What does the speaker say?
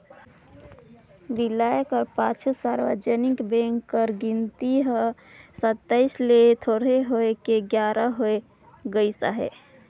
बिलाए कर पाछू सार्वजनिक बेंक कर गिनती हर सताइस ले थोरहें होय के बारा होय गइस अहे